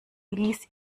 ließ